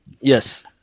Yes